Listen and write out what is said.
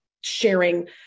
sharing